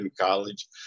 college